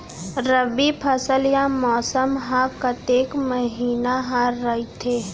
रबि फसल या मौसम हा कतेक महिना हा रहिथे?